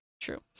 true